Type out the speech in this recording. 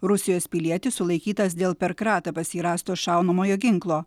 rusijos pilietis sulaikytas dėl per kratą pas jį rasto šaunamojo ginklo